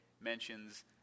mentions